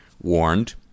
warned